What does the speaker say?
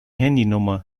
handynummer